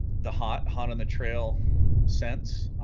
the hot hot on the trail sense